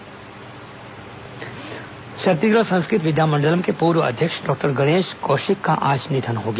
गणेश कौशिक निधन छत्तीसगढ़ संस्कृत विद्यामंडलम के पूर्व अध्यक्ष डॉक्टर गणेश कौशिक का आज निधन हो गया